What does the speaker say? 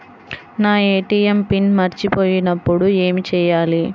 నా ATM PIN మరచిపోయినప్పుడు ఏమి చేయాలి?